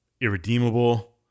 irredeemable